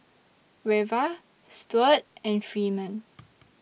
Reva Stuart and Freeman